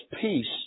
peace